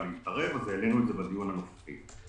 להתערב - העלינו את זה בדיון הנוכחי.